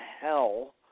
hell